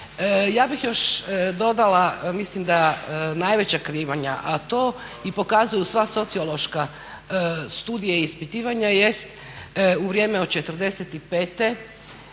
ja bih još dodala mislim da najveća krivnja, a to pokazuju sva sociološka studija i ispitivanja jest u vrijeme od '45.pa